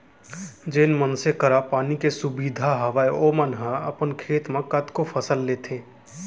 जेन मनसे करा पानी के सुबिधा हे ओमन ह अपन खेत म कतको फसल लेथें